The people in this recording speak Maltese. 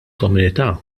komunità